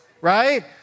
right